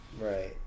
Right